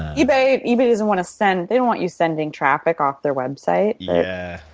ebay ebay doesn't want to send they don't want you sending traffic off their website. yeah,